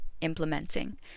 implementing